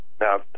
Now